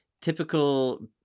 typical